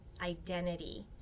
identity